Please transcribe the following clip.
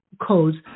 codes